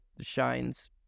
Shine's